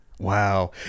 Wow